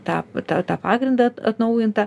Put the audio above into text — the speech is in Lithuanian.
tą tą tą pagrindą atnaujintą